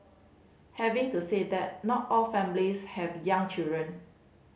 having to say that not all families have young children